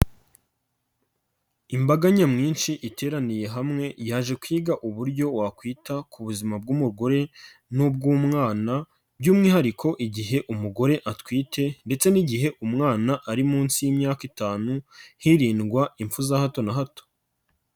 Imbaga nyamwinshi iteraniye hamwe, yaje kwiga uburyo wakwita ku buzima bw'umugore n'ubw'umwana by'umwihariko igihe umugore atwite ndetse n'igihe umwana ari munsi y'imyaka itanu, hirindwa impfu za hato na hato.